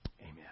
Amen